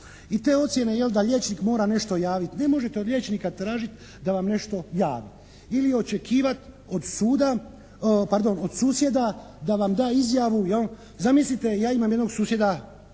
I te ocjene jel' da liječnik mora nešto javiti, ne možete od liječnika tražiti da vam nešto javi. Ili očekivati od suda, pardon od susjeda da vam da izjavu jel'? Zamislite ja imam jednog susjeda